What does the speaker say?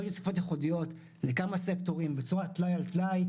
היו תוספות ייחודיות לכמה סקטורים בצורת טלאי על טלאי,